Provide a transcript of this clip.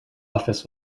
office